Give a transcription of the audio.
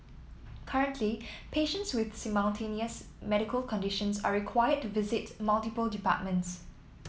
currently patients with simultaneous medical conditions are required to visit multiple departments